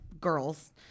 girls